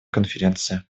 конференции